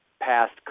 past